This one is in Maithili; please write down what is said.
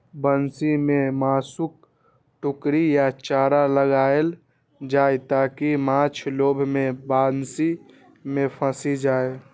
बंसी मे मासुक टुकड़ी या चारा लगाएल जाइ, ताकि माछ लोभ मे बंसी मे फंसि जाए